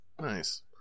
nice